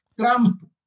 Trump